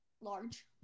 large